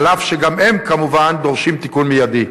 אף שגם הם, כמובן, דורשים תיקון מיידי.